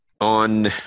on